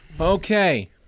Okay